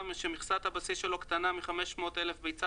שמכסת הבסיס שלו קטנה מ-500,000 ביצים,